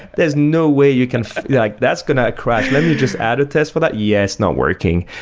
there's no way you can like that's going to crash. let me just add a test for that. yes, not working.